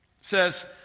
says